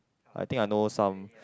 I think I know some